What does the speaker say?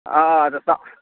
आर तह